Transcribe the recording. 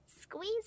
squeeze